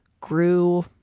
grew